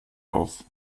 auf